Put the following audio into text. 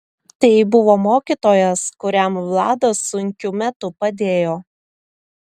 tai buvo mokytojas kuriam vladas sunkiu metu padėjo